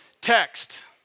Text